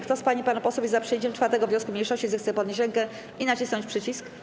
Kto z pań i panów posłów jest za przyjęciem 4. wniosku mniejszości, zechce podnieść rękę i nacisnąć przycisk.